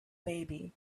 baby